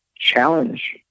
challenge